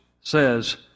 says